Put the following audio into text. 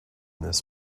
this